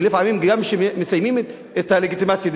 כי לפעמים גם כשמסיימים את הלגיטימציה,